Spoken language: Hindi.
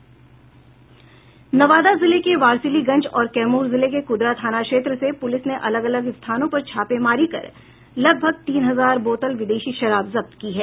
नवादा जिले के वारिसलीगंज और कैमूर जिले के कुदरा थाना क्षेत्र से पुलिस ने अलग अलग स्थानों पर छापेमारी कर लगभग तीन हजार बोतल विदेशी शराब जब्त की है